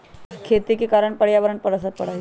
खेती के कारण पर्यावरण पर असर पड़ा हई